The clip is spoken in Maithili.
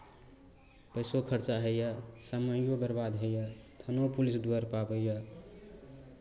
पैसो खरचा होइए समैओ बरबाद होइए थानो पुलिस दुआरिपर आबैए